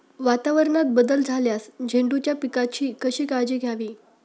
वातावरणात बदल झाल्यास झेंडूच्या पिकाची कशी काळजी घ्यावी?